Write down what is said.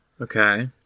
Okay